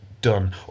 done